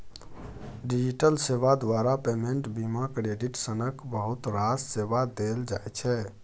digital सेबा द्वारा payment, बीमा, क्रेडिट सनक बहुत रास सेबा देल जाइ छै